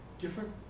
different